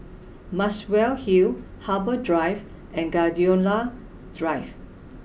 Muswell Hill Harbour Drive and Gladiola Drive